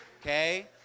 okay